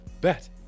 Bet